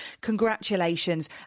congratulations